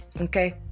Okay